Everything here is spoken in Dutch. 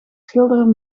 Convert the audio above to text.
schilderen